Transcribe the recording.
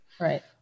Right